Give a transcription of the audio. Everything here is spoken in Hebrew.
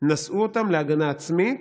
נשאו אותם להגנה עצמית,